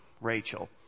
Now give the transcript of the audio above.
Rachel